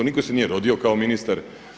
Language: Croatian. Nitko se nije rodio kao ministar.